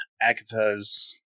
Agatha's